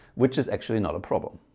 which is actually not a problem.